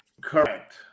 Correct